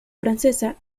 francesa